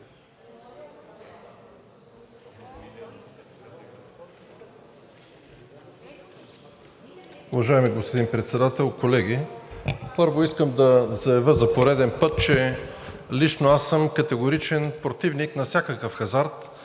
Уважаеми господин Председател, колеги! Първо, искам да заявя за пореден път, че лично аз съм категоричен противник на всякакъв хазарт